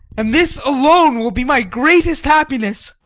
and this alone will be my greatest happiness!